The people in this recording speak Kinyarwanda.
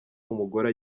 umugore